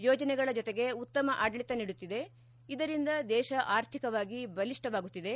ಯೋಜನೆಗಳ ಜೊತೆಗೆ ಉತ್ತಮ ಆಡಳಿತ ನೀಡುತ್ತಿದೆ ಇದರಿಂದ ದೇಶ ಆರ್ಥಿಕವಾಗಿ ಬಲಿಷ್ಠವಾಗುತ್ತಿದೆ